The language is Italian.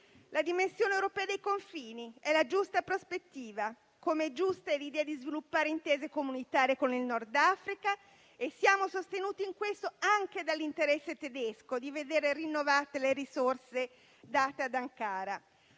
La dimensione europea dei confini è la giusta prospettiva, come è giusta l'idea di sviluppare intese comunitarie con il Nord Africa, essendo sostenuti in questo anche dall'interesse tedesco di vedere rinnovate le risorse date ad Ankara.